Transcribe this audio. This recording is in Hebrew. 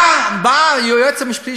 בא היועץ המשפטי